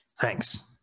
Thanks